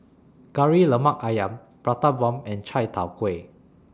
Kari Lemak Ayam Prata Bomb and Chai Tow Kway